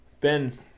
Ben